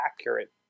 accurate